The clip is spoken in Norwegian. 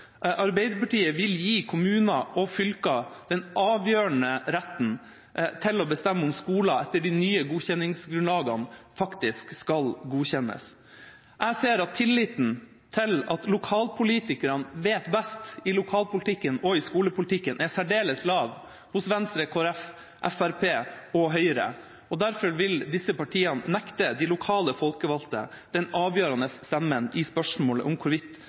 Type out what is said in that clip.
Arbeiderpartiet vil gi kommuner og fylker den avgjørende retten til å bestemme om skoler etter de nye godkjenningsgrunnlagene faktisk skal godkjennes. Jeg ser at tilliten til at lokalpolitikerne vet best i lokalpolitikken og i skolepolitikken, er særdeles lav hos Venstre, Kristelig Folkeparti, Fremskrittspartiet og Høyre. Derfor vil disse partiene nekte de lokale folkevalgte den avgjørende stemmen i spørsmålet om hvorvidt